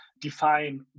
define